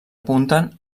apunten